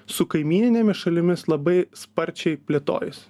su kaimyninėmis šalimis labai sparčiai plėtojasi